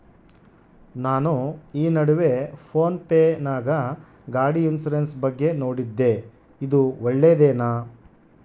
ನಾನು ಈ ನಡುವೆ ಫೋನ್ ಪೇ ನಾಗ ಗಾಡಿ ಇನ್ಸುರೆನ್ಸ್ ಬಗ್ಗೆ ನೋಡಿದ್ದೇ ಇದು ಒಳ್ಳೇದೇನಾ?